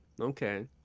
okay